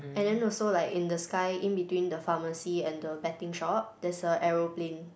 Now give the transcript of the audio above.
and then also like in the sky in between the pharmacy and the betting shop there's a aeroplane